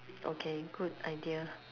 okay good idea